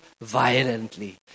violently